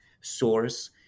source